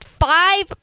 five